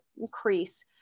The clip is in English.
increase